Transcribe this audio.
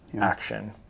action